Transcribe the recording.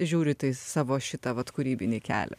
žiūrit į savo šitą vat kūrybinį kelią